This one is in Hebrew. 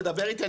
תדבר איתי.